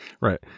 Right